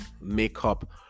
makeup